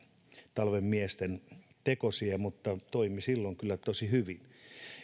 talven miesten tekosia mutta toimi silloin kyllä tosi hyvin